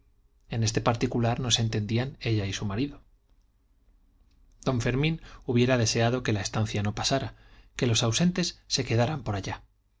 en este particular no se entendían ella y su marido don fermín hubiera deseado que la estación no pasara que los ausentes se quedaran por allá